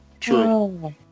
true